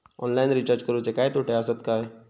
Online recharge करुचे काय तोटे आसत काय?